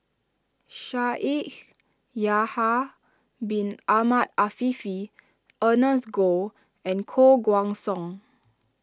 Shaikh Yahya Bin Ahmed Afifi Ernest Goh and Koh Guan Song